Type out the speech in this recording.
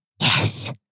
Yes